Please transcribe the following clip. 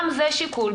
גם זה שיקול.